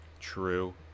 True